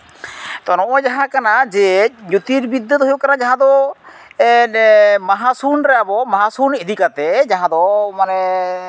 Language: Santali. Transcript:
ᱛᱚ ᱱᱚᱜᱼᱚᱭ ᱡᱟᱦᱟᱸ ᱠᱟᱱᱟ ᱡᱮ ᱡᱳᱛᱤᱨᱵᱤᱫᱽᱫᱟᱹ ᱫᱚ ᱦᱩᱭᱩᱜ ᱠᱟᱱᱟ ᱡᱟᱦᱟᱸ ᱫᱚ ᱢᱟᱦᱟᱥᱩᱱ ᱨᱮ ᱟᱵᱚ ᱢᱟᱦᱟᱥᱩᱱ ᱤᱫᱤ ᱠᱟᱛᱮ ᱡᱟᱦᱟᱸ ᱫᱚ ᱢᱟᱱᱮ